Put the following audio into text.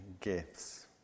gifts